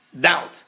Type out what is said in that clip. doubt